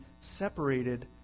separated